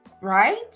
right